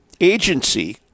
agency